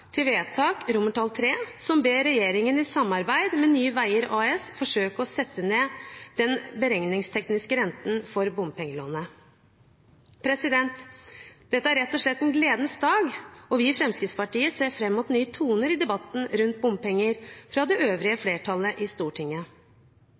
til vedtak, III, som ber regjeringen i samarbeid med Nye Veier AS forsøke å sette ned den beregningstekniske renten for bompengelånet. Dette er rett og slett en gledens dag, og vi i Fremskrittspartiet ser fram mot nye toner i debatten rundt bompenger fra det øvrige